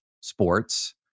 sports